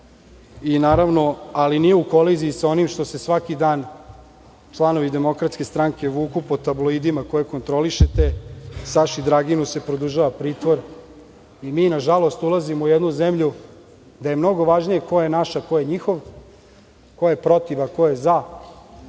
i naravno, ali nije u koliziji sa onim što se svaki dan članovi DS vuku po tabloidima koje kontrolišete. Saši Draginu se produžava pritvor i mi, nažalost, ulazimo u jednu zemlju gde jemnogo važnije ko je naš a ko je njihov, ko je protiv a ko je za,